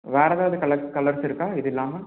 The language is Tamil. வேறு எதாவது கலர் கலர்ஸ் இருக்கா இது இல்லாம